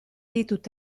ditut